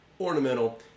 ornamental